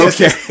Okay